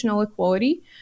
equality